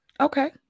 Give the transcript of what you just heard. okay